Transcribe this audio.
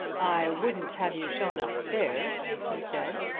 i wouldn't have you shown upstairs, he said,